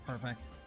Perfect